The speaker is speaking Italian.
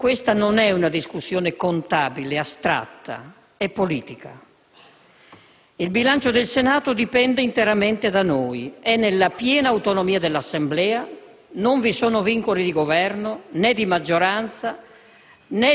Questa non è una discussione contabile, astratta: è politica. Il bilancio del Senato dipende interamente da noi, è nella piena autonomia dell'Assemblea, non vi sono vincoli di Governo, né di maggioranza,